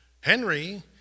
Henry